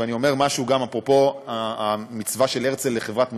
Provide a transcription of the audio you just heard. ואני אומר משהו גם אפרופו המצווה של הרצל לחברת מופת,